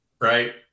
right